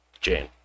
Jane